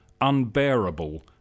Unbearable